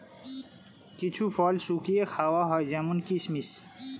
কিছু ফল শুকিয়ে খাওয়া হয় যেমন কিসমিস